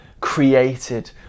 created